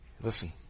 Listen